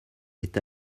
est